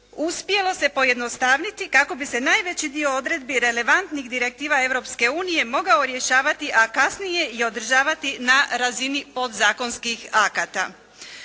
uspjelo se pojednostavniti kako bi se najveći dio odredbi relevantnih direktiva Europske unije mogao rješavati, a kasnije i održavati na razini podzakonskih akata.